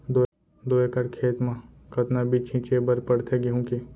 दो एकड़ खेत म कतना बीज छिंचे बर पड़थे गेहूँ के?